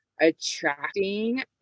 attracting